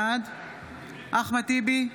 בעד אחמד טיבי,